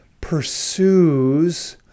pursues